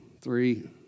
three